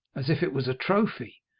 as if it was a trophy,